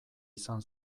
izan